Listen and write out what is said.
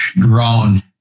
grown